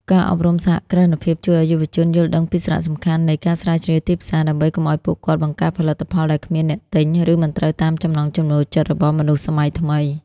ការអប់រំសហគ្រិនភាពជួយឱ្យយុវជនយល់ដឹងពីសារៈសំខាន់នៃ "ការស្រាវជ្រាវទីផ្សារ" ដើម្បីកុំឱ្យពួកគាត់បង្កើតផលិតផលដែលគ្មានអ្នកទិញ ឬមិនត្រូវតាមចំណង់ចំណូលចិត្តរបស់មនុស្សសម័យថ្មី។